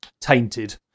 tainted